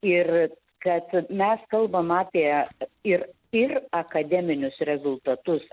ir kad mes kalbam apie ir ir akademinius rezultatus